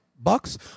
Bucks